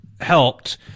helped